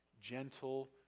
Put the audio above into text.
gentle